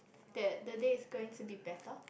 that the days is going to be better